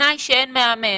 בתנאי שאין מאמן.